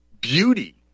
beauty